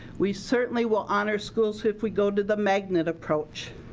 we certainly will honor schools if we go to the magnet approach.